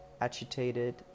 agitated